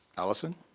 allison.